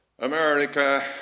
America